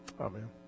Amen